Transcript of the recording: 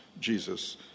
Jesus